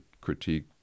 critique